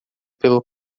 pelo